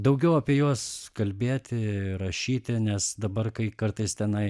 daugiau apie juos kalbėti rašyti nes dabar kai kartais tenai